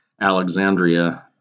Alexandria